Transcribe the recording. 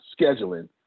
scheduling